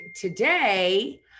today